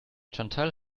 chantal